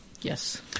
Yes